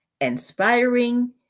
inspiring